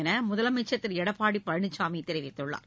என முதலமைச்சர் திரு எடப்பாடி பழனிசாமி தெரிவித்துள்ளார்